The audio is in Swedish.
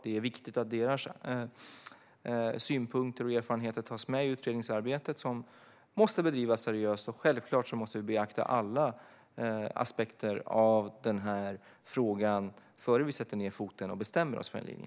Det är viktigt att deras synpunkter och erfarenheter tas med i utredningsarbetet, som måste bedrivas seriöst. Självklart måste vi beakta alla aspekter av frågan innan vi sätter ned foten och bestämmer oss för en linje.